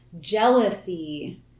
jealousy